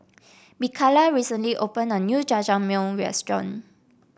Mikaila recently opened a new Jajangmyeon Restaurant